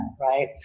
right